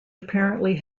apparently